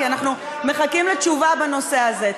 כי אנחנו מחכים לתשובה בנושא הזה.